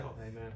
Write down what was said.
amen